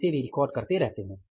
और इसे वे रिकॉर्ड करते रहते हैं